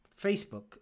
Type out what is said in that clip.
Facebook